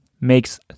makes